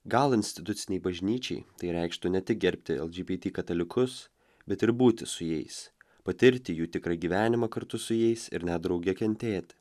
gal institucinei bažnyčiai tai reikštų ne tik gerbti lgbt katalikus bet ir būti su jais patirti jų tikrąjį gyvenimą kartu su jais ir net drauge kentėti